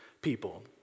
people